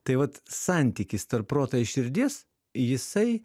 tai vat santykis tarp proto ir širdies jisai